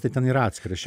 tai ten yra atskiras